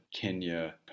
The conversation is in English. Kenya